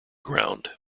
ground